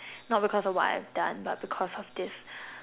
not because of what I've done but because of this